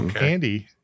Andy